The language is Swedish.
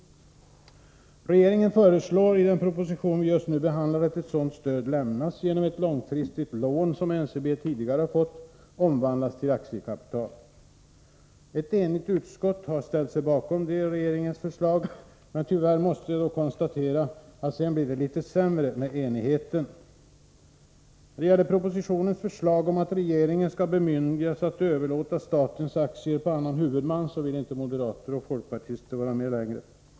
Regeringen föreslår i den proposition vi just nu behandlar, att ett sådant stöd lämnas genom att ett långfristigt lån som NCB fått på 100 milj.kr. omvandlas till aktiekapital. Ett enigt utskott har ställt sig bakom detta regeringens förslag, men tyvärr måste vi konstatera att det sedan blir litet sämre med enigheten. När det gäller propositionens förslag om att regeringen skall bemyndigas att överlåta statens aktier på annan huvudman vill inte moderaterna och folkpartisterna vara med längre.